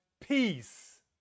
peace